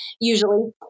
usually